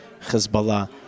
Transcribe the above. Hezbollah